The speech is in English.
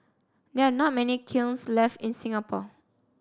there are not many kilns left in Singapore